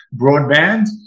broadband